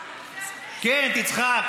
הינה, אתה עושה, כן, תצחק.